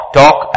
talk